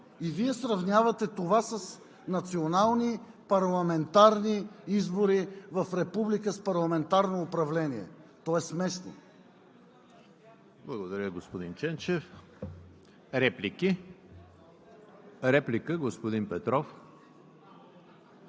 и Вие сравнявате това с национални парламентарни избори в република с парламентарно управление? То е смешно!